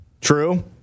True